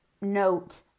note